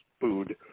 food